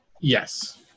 Yes